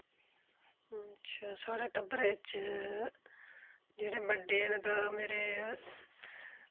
अच्छा साढ़े टब्बरे च जेह्ड़े बड्डे न तां मेरे